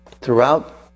Throughout